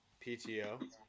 PTO